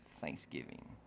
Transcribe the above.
Thanksgiving